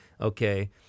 okay